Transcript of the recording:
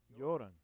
Lloran